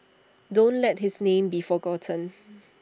don't let his name be forgotten